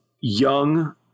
young